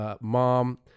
mom